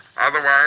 otherwise